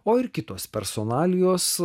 o ir kitos personalijos